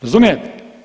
Razumijete?